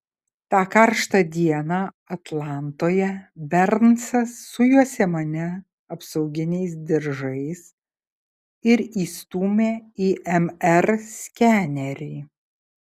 tą karštą dieną atlantoje bernsas sujuosė mane apsauginiais diržais ir įstūmė į mr skenerį